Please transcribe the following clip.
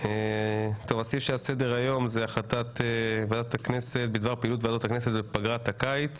על סדר-היום: החלטת ועדת הכנסת בדבר פעילות ועדות הכנסת בפגרת הקיץ